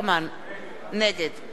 נגד יעקב ליצמן,